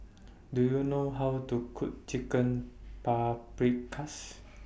Do YOU know How to Cook Chicken Paprikas